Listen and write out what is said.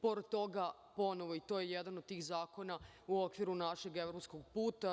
Pored toga, ponovo, i to je jedan od tih zakona u okviru našeg evropskog puta.